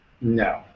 No